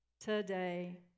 today